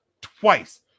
twice